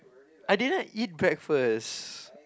I didn't eat breakfast